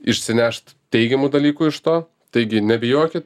išsinešt teigiamų dalykų iš to taigi nebijokit